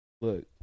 Look